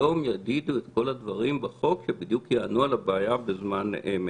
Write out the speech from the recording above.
יגידו בחוק את כל הדברים שבדיוק יענו על הבעיה בזמן אמת.